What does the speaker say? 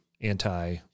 anti